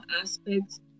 aspects